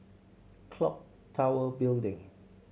Clock Tower Building